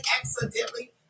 accidentally